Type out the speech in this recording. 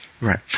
Right